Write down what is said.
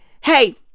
hey